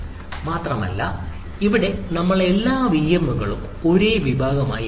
മാത്രമല്ല ഇവിടെ നമ്മൾ എല്ലാ വിഎമ്മുകളും ഒരേ വിഭാഗമായി എടുക്കുന്നു